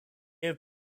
have